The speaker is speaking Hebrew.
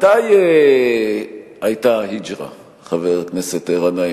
מתי היתה ה"היג'רה", חבר הכנסת גנאים?